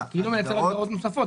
אם אתה מייצר הגדרות נוספות,